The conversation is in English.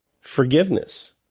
forgiveness